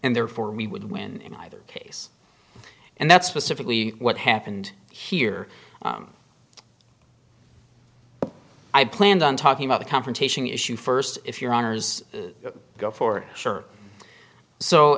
and therefore we would win either case and that's was typically what happened here i planned on talking about the confrontation issue first if your honour's go for sure so